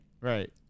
Right